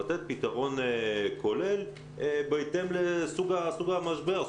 לתת פתרון כולל בהתאם לסוג המשבר,